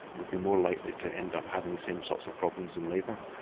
would be more likely to end up having the same sorts of problems in labour.